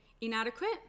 inadequate